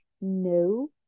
No